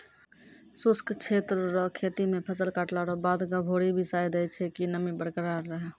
शुष्क क्षेत्र रो खेती मे फसल काटला रो बाद गभोरी बिसाय दैय छै कि नमी बरकरार रहै